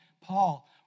Paul